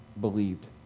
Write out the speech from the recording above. believed